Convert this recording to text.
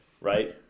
right